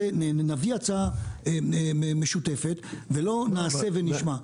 נביא הצעה משותפת ולא נעשה ונשמע.